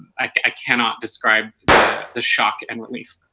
i cannot describe the the shock and relief.